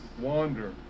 wander